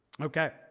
Okay